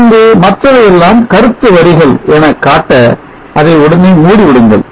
பின்பு மற்றவை எல்லாம் கருத்து வரிகள் என காட்ட அதை உடனே மூடி விடுங்கள்